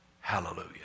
Hallelujah